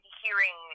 hearing